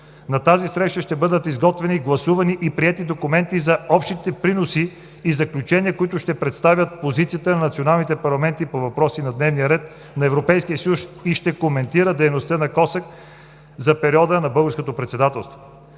На тази среща ще бъдат изготвени, гласувани и приети документи за общите приноси и заключения, които ще представят позицията на националните парламенти по въпроси на дневния ред на Европейския съюз и ще коментира дейността на КОСАК за периода на Българското председателство.